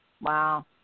wow